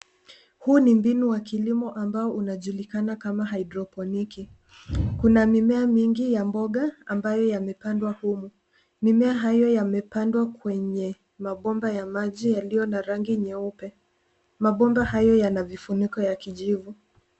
Huu ni mbinu wa kilimo ambao unajulikana kama haidroponiki. Kuna mimea mingi ya mboga ambayo yamepandwa humu. Mimea hayo yamepandwa kwenye mabomba ya maji yaliyo na rangi nyeupe. Mabomba hayo yana vifuniko za kijivu.